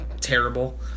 terrible